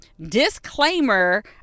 disclaimer